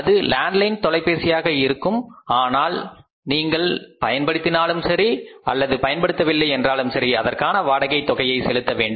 அது லேண்ட்லைன் தொலைபேசியாக இருக்கும் ஆனால் நீங்கள் பயன்படுத்தினாலும் சரி அல்லது பயன்படுத்தவில்லை என்றாலும் சரி அதற்கான வாடகை தொகையை செலுத்த வேண்டும்